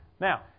Now